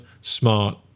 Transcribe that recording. smart